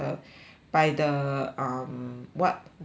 by the um what the